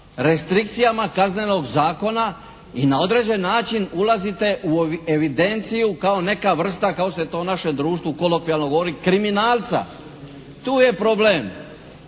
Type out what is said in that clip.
restrikcijama Kaznenog zakona i na određeni način ulazite u evidenciju kao neka vrsta kako se to u našem društvu kolokvijalno govori kriminalca. Tu je problem.